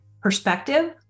perspective